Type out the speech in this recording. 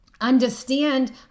understand